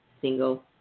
single